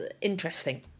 interesting